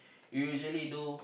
usually do